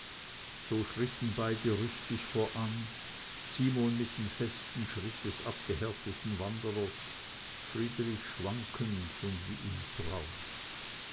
so schritten beide rüstig voran simon mit dem festen schritt des abgehärteten wanderers friedrich schwankend und wie im traum